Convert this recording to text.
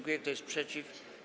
Kto jest przeciw?